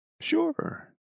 sure